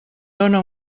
dóna